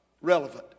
relevant